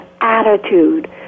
attitude